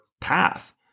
path